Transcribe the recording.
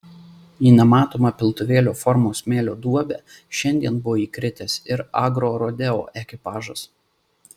į nematomą piltuvėlio formos smėlio duobę šiandien buvo įkritęs ir agrorodeo ekipažas